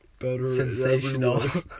sensational